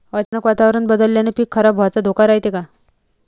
अचानक वातावरण बदलल्यानं पीक खराब व्हाचा धोका रायते का?